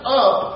up